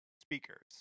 speakers